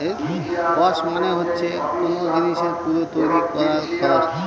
cost মানে হচ্ছে কোন জিনিসের পুরো তৈরী করার খরচ